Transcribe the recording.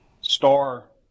star